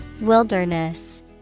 Wilderness